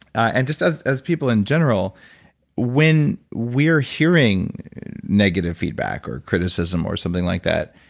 and just as as people in general when we're hearing negative feedback, or criticism, or something like that